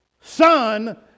Son